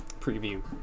preview